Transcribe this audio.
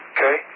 Okay